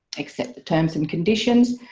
accept the terms and conditions.